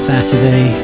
Saturday